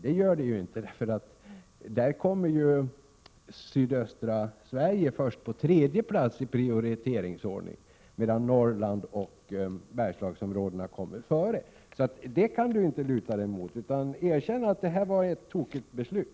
Det gör det emellertid inte, för sydöstra Sverige kommer först på tredje plats i prioriteringsordningen, medan Norrland och Bergslagsområdet kommer före. Det kan Agne Hansson inte luta sig emot. Erkänn att det var ett tokigt beslut!